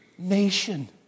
nation